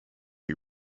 who